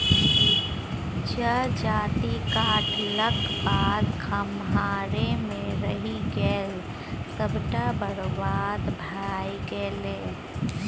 जजाति काटलाक बाद खम्हारे मे रहि गेल सभटा बरबाद भए गेलै